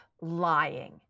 lying